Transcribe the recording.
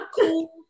cool